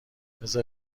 بذار